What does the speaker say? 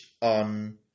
on